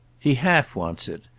he half wants it.